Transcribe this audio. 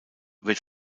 wird